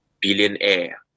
billionaire